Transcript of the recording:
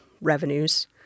revenues